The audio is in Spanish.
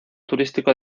turístico